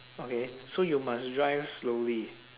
okay so you must drive slowly